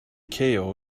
kao